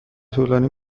طولانی